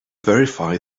verify